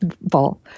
ball